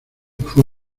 fue